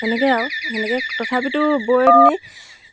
তেনেকৈ আৰু তেনেকৈ তথাপিতো বৈ পিনি